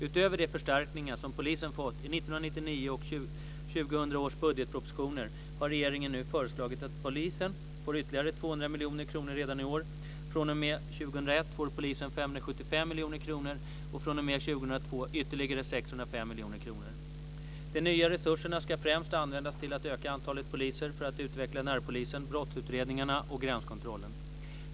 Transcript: Utöver de förstärkningar som polisen fått i 1999 och 2000 års budgetpropositioner har regeringen nu föreslagit att polisen får ytterligare 200 miljoner kronor redan i år. fr.o.m. 2001 får polisen 575 miljoner kronor och fr.o.m. 2002 ytterligare 605 miljoner kronor. De nya resurserna ska främst användas till att öka antalet poliser, för att utveckla närpolisen, brottsutredningarna och gränskontrollen.